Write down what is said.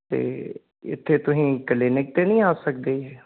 ਤਾਂ ਇੱਥੇ ਤੁਸੀਂ ਕਲੀਨਿਕ 'ਤੇ ਨਹੀਂ ਆ ਸਕਦੇ ਜੇ